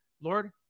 Lord